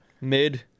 mid